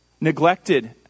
neglected